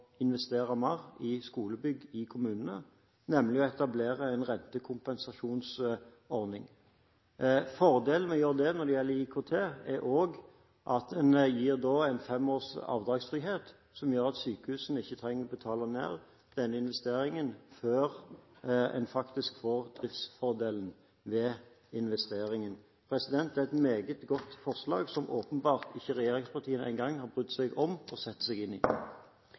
investere mer i skolebygg i kommunene, nemlig å etablere en rentekompensasjonsordning. Fordelen med å gjøre det når det gjelder IKT, er at en da gir fem års avdragsfrihet, som gjør at sykehusene ikke behøver å betale ned denne investeringen før en faktisk får driftsfordelen ved investeringen. Dette er et meget godt forslag, som regjeringspartiene åpenbart ikke engang har brydd seg om å sette seg inn i.